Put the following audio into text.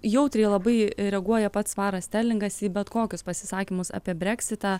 jautriai labai reaguoja pats svaras sterlingas į bet kokius pasisakymus apie breksitą